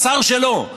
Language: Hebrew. השר שלו,